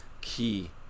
key